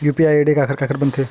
UPI ID काखर काखर बनथे?